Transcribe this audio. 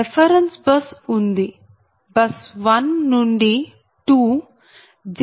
reference bus ఉంది bus 1 నుండి 2 j 0